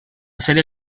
sèrie